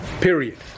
period